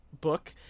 book